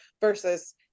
versus